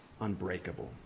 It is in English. unbreakable